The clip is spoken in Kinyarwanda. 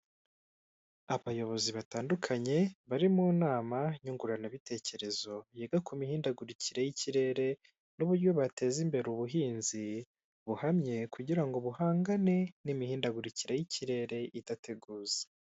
Abayobozi batandukanye bari mu nama nyunguranabitekerezo, yiga ku mihindagurikire y'ikirere, n'uburyo bateza imbere ubuhinzi buhamye, kugira ngo buhangane n'imihindagurikire y'ikirere, idateguza.